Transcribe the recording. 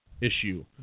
issue